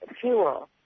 fuel